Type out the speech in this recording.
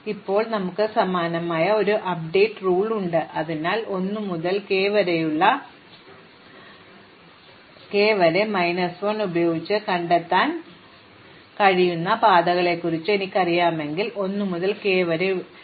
അതിനാൽ ഇപ്പോൾ ഞങ്ങൾക്ക് സമാനമായ ഒരു അപ്ഡേറ്റ് റൂൾ ഉണ്ട് അതിനാൽ 1 മുതൽ k വരെ മൈനസ് 1 ഉപയോഗിച്ച് കണ്ടെത്താൻ കഴിയുന്ന പാതകളെക്കുറിച്ച് എനിക്കറിയാമെങ്കിൽ 1 മുതൽ k വരെ ഉപയോഗിച്ച് എനിക്ക് കണ്ടെത്താൻ കഴിയുന്ന പാതകൾ എന്തൊക്കെയാണ്